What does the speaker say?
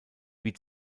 wie